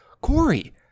Corey